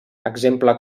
exemple